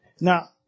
Now